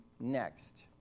next